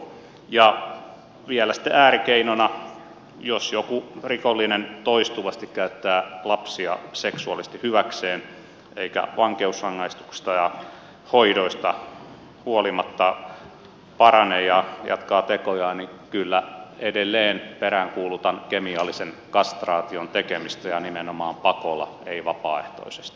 ja vielä sitten äärikeinona jos joku rikollinen toistuvasti käyttää lapsia seksuaalisesti hyväkseen eikä vankeusrangaistuksesta ja hoidoista huolimatta parane vaan jatkaa tekojaan niin kyllä edelleen peräänkuulutan kemiallisen kastraation tekemistä ja nimenomaan pakolla ei vapaaehtoisesti